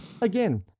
again